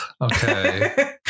Okay